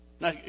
Now